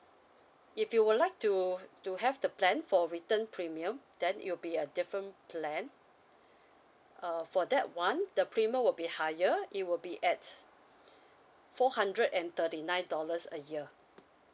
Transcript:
if you would like to to have the plan for return premium then it will be a different plan uh for that [one] the premium will be higher it will be at four hundred and thirty nine dollars a year